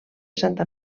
santa